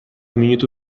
minutu